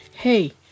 Hey